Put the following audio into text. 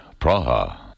Praha